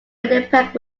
winnipeg